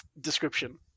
description